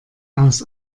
aus